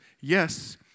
yes